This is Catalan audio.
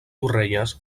torrelles